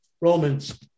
Romans